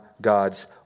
God's